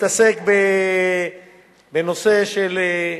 מתעסק בנושא של,